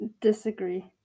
disagree